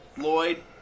Lloyd